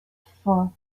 before